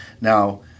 now